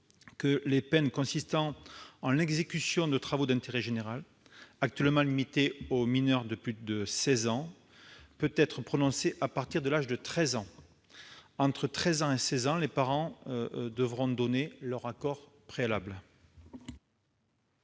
que la peine consistant en l'exécution de travaux d'intérêt général, actuellement limitée aux mineurs de plus de seize ans, peut être prononcée à partir de l'âge de treize ans. Entre treize ans et seize ans, les parents devront donner leur accord préalable.